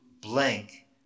blank